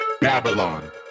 Babylon